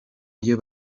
iyo